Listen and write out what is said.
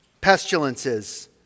pestilences